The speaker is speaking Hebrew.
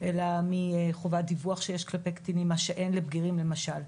אלא מחובת דיווח שיש כלפיי קטינים מה שאין לגבי בגירים למשל,